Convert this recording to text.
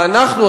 ואנחנו,